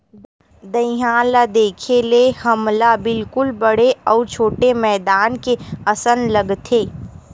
दईहान ल देखे ले हमला बिल्कुल बड़े अउ छोटे मैदान के असन लगथे